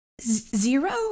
Zero